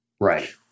right